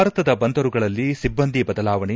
ಭಾರತದ ಬಂದರುಗಳಲ್ಲಿ ಸಿಬ್ಬಂದಿ ಬದಲಾವಣೆ